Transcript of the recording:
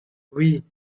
oui